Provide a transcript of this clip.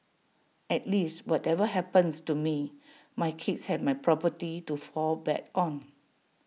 at least whatever happens to me my kids have my property to fall back on